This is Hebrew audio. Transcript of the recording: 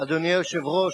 אדוני היושב-ראש,